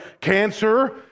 Cancer